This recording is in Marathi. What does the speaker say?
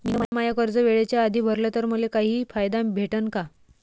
मिन माय कर्ज वेळेच्या आधी भरल तर मले काही फायदा भेटन का?